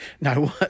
No